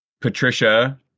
Patricia